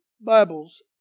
Bibles